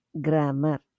Grammar